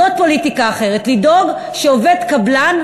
זאת פוליטיקה אחרת: לדאוג שלא יהיה עובד קבלן,